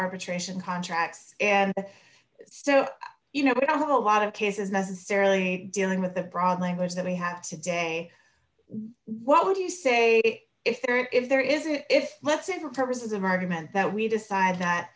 arbitration contracts and so you know i have a lot of cases necessarily dealing with the broad language that we have today what would you say if there if there isn't if let's say for purposes of argument that we decide that